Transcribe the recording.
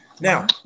Now